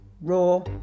raw